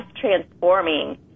transforming